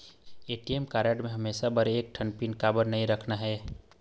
ATM card म हमेशा बर एक ठन पिन काबर नई रखना हे?